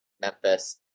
Memphis